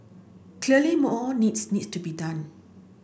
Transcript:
clearly more needs needs to be done